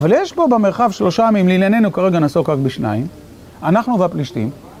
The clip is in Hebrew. אבל יש פה במרחב שלושה, אם לעיניינו כרגע נעשוק רק בשניים, אנחנו והפלישתים.